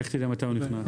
איך תדע מתי הוא נכנס?